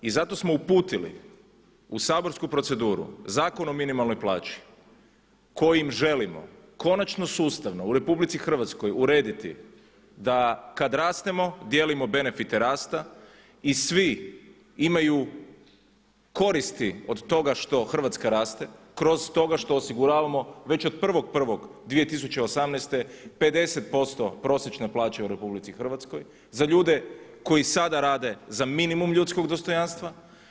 I zato smo uputili u saborsku proceduru Zakon o minimalnoj plaći kojim želimo konačno sustavno u RH urediti da kada rastemo, dijelimo benefite rasta i svi imaju koristi od toga što Hrvatska raste kroz to što osiguravamo već od 1.1.2018. 50% prosječne plaće u RH za ljude koji sada rade za minimum ljudskog dostojanstva.